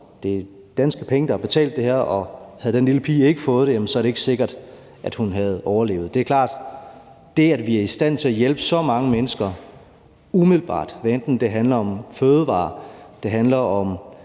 det er danske penge, der har betalt det her, og havde den lille pige ikke fået det, er det ikke sikkert, at hun havde overlevet. Det er klart, at vi skal være stolte af at være i stand til at hjælpe så mange mennesker umiddelbart, hvad enten det handler om fødevarer, eller det handler om